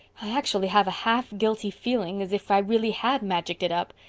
i actually have a half guilty feeling, as if i really had magicked it up.